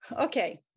Okay